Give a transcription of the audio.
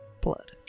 blood